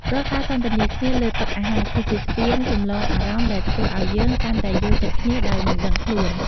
រាល់ការសន្ទនាគ្នាលើតុអាហារ គឺជាស្ពានចម្លងអារម្មណ៍ដែលធ្វើឱ្យយើងកាន់តែយល់ចិត្តគ្នាដោយមិនដឹងខ្លួន។